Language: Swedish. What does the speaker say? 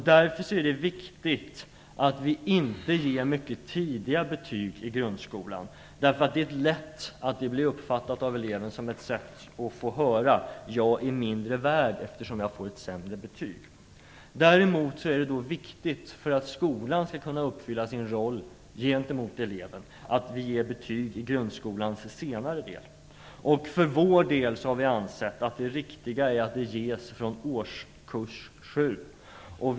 Därför är det viktigt att vi inte ger mycket tidiga betyg i grundskolan, därför att det är lätt för eleven att uppfatta det så att han är mindre värd när han får ett sämre betyg. Däremot är det viktigt, för att skolan skall kunna uppfylla sin roll gentemot eleven, att vi ger betyg i grundskolans senare del. Vi för vår del har ansett att det riktiga är att det ges från årskurs 7.